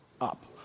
up